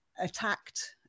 attacked